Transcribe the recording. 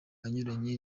anyuranye